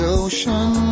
ocean